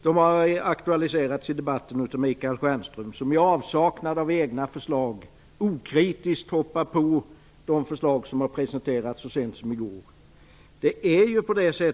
De har aktualiserats i debatten av Michael Stjernström, som i avsaknad av egna förslag okritiskt hoppar på de förslag som har presenterats så sent som i går.